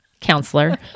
counselor